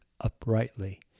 uprightly